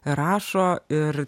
rašo ir